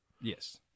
Yes